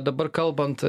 dabar kalbant